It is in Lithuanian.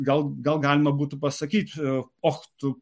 gal gal galima būtų pasakyti och tu